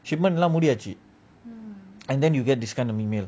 shipment lah முடியாச்சு:mudiyachu and then you get this kind of email